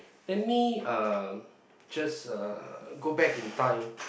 let me um just uh go back in time